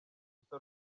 gusa